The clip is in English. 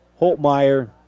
Holtmeyer